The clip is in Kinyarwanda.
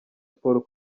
sports